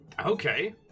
Okay